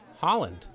Holland